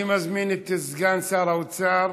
אני מזמין את סגן שר האוצר,